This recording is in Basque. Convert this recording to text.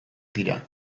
dira